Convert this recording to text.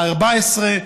ה-14,